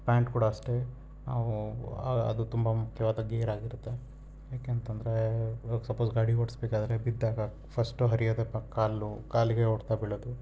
pant ಕೂಡ ಅಷ್ಟೇ ಅದು ತುಂಬ ಮುಖ್ಯವಾದ ಗೇರ್ ಆಗಿರುತ್ತೆ ಯಾಕೆಂತಂದರೆ ಇವಾಗ ಸಪೋಸ್ ಗಾಡಿ ಓಡಿಸ್ಬೇಕಾದ್ರೆ ಬಿದ್ದಾಗ ಫಸ್ಟು ಹರ್ಯೋದೇ ಪ ಕಾಲಿನವು ಕಾಲಿಗೇ ಹೊಡೆತ ಬೀಳೋದು